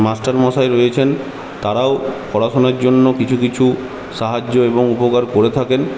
মাস্টারমশাই রয়েছেন তারাও পড়াশোনার জন্য কিছু কিছু সাহায্য এবং উপকার করে থাকেন